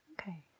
Okay